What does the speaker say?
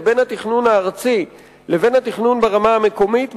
בין התכנון הארצי לבין התכנון ברמה המקומית,